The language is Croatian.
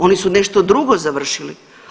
Oni su nešto drugo završili?